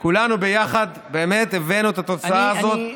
כולנו ביחד באמת הבאנו את התוצאה הזאת,